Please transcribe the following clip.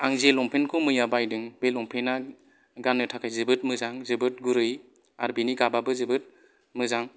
आं जे लंपेन्टखौ मैया बायदों बे लंपेन्टआ गाननो थाखाय जोबोद मोजां जोबोद गुरै आरो बिनि गाबआबो जोबोद मोजां